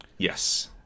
Yes